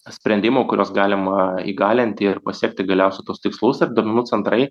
sprendimų kuriuos galima įgalinti ir pasiekti galiausia tuos tikslus ir duomenų centrai